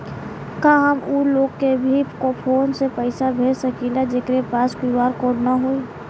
का हम ऊ लोग के भी फोन से पैसा भेज सकीला जेकरे पास क्यू.आर कोड न होई?